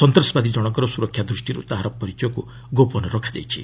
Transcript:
ସନ୍ତାସବାଦୀ ଜଣକର ସୁରକ୍ଷା ଦୃଷ୍ଟିରୁ ତାହାର ପରିଚୟକୁ ଗୋପନ ରଖାଯାଇଛି